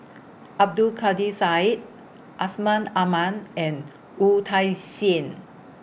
Abdul Kadir Syed Asman Aman and Wu Tsai Yen